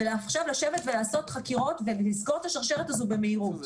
עכשיו לשבת ולעשות חקירות ולסגור את השרשרת הזאת במהירות.